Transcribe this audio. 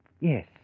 Yes